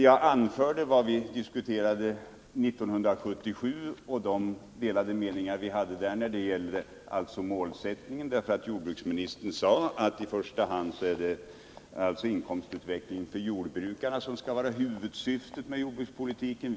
Jag anförde vad vi diskuterade 1977 och vilka delade meningar som då rådde när det gällde målsättningen. Jordbruksministern sade nämligen då att det i första hand var inkomstutvecklingen för jordbrukarna som skulle vara huvudsyftet med jordbrukspolitiken.